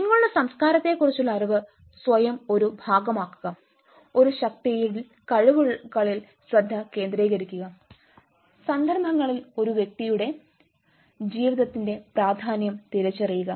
നിങ്ങളുടെ സംസ്കാരത്തെക്കുറിച്ചുള്ള അറിവ് സ്വയം ഒരു ഭാഗമാക്കുക ഒരു ശക്തിയിൽ കഴിവുകളിൽ ശ്രദ്ധ കേന്ദ്രീകരിക്കുക സന്ദർഭങ്ങളിൽ ഒരു വ്യക്തിയുടെ ജീവിതത്തിന്റെ പ്രാധാന്യം തിരിച്ചറിയുക